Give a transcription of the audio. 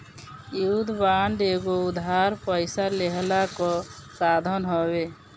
युद्ध बांड एगो उधार पइसा लेहला कअ साधन हवे